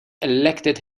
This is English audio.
elected